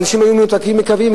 אנשים היו מנותקים מקווים,